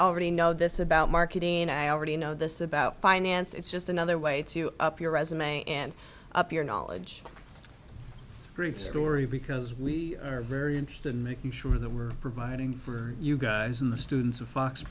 already know this about marketing and i already know this about finance it's just another way to up your resume and up your knowledge great story because we are very interested in making sure that we're providing for you guys in the students of fox